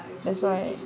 that's why